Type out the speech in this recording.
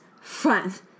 friends